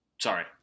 sorry